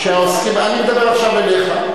אני מדבר עכשיו אליך.